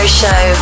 show